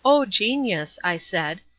o genius, i said,